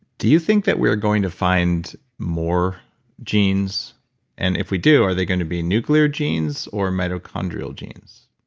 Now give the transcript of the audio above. do you think that we're going to find more genes and if we do, are they going to be nuclear genes or mitochondrial genes?